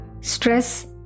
Stress